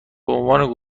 بعنوان